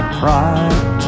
pride